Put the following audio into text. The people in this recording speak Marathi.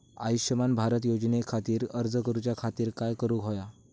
आयुष्यमान भारत योजने खातिर अर्ज करूच्या खातिर काय करुक होया?